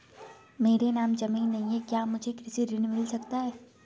मेरे नाम ज़मीन नहीं है क्या मुझे कृषि ऋण मिल सकता है?